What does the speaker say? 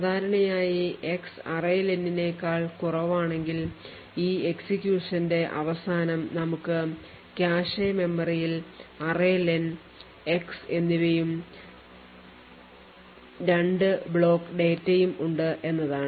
സാധാരണയായി x array len നേക്കാൾ കുറവാണെങ്കിൽ ഈ എക്സിക്യൂഷന്റെ അവസാനം നമുക്ക് കാഷെ മെമ്മറിയിൽ array len എക്സ് എന്നിവയും 2 ബ്ലോക്ക് ഡാറ്റയും ഉണ്ട് എന്നതാണ്